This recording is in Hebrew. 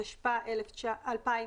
), התשפ"א-2020"